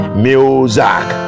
music